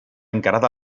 encarada